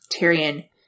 Tyrion